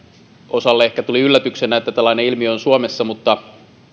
osalle ehkä tuli yllätyksenä että tällainen ilmiö on suomessa mutta